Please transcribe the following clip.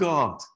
God